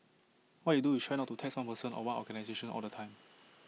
what you do is try not to tax one person or one organisation all the time